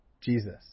Jesus